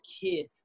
kid